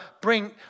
bring